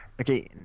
Okay